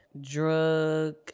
drug